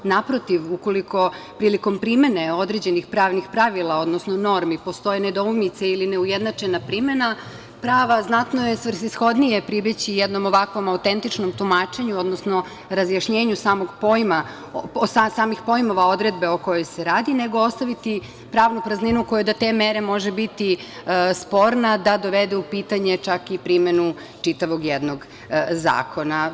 Naprotiv, ukoliko prilikom primene određenih pravnih pravila, odnosno normi, postoje nedoumice ili neujednačena primena prava, znatno je svrsishodnije pribeći jednom ovakvom autentičnom tumačenju, odnosno razjašnjenju samih pojmova odredbe o kojoj se radi, nego ostaviti pravnu prazninu koja do te mere može biti sporna da dovede u pitanje čak i primenu čitavog jednog zakona.